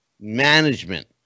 management